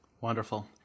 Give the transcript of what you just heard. Wonderful